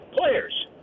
players